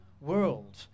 world